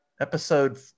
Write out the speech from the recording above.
episode